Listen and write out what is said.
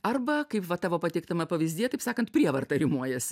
arba kaip va tavo pateiktame pavyzdyje taip sakant prievarta rimuojasi